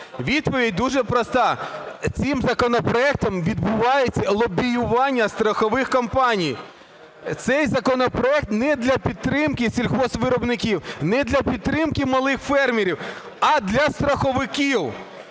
Відповідь дуже проста: цим законопроектом відбувається лобіювання страхових компаній. Цей законопроект не для підтримки сільгоспвиробників, не для підтримки малих фермерів, а для страховиків.